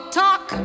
talk